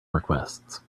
requests